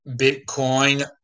Bitcoin